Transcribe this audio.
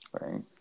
Right